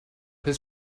his